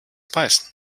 beißen